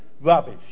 rubbish